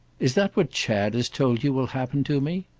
is that what chad has told you will happen to me?